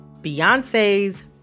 Beyonce's